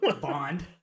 Bond